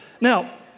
Now